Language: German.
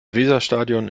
weserstadion